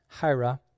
Hira